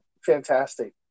fantastic